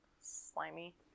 slimy